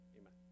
amen